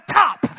top